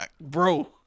Bro